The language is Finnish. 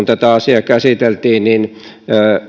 tätä asiaa käsiteltiin